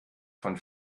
von